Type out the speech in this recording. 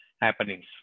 happenings